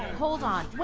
hold on,